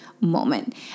moment